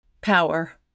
Power